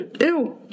Ew